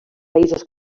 països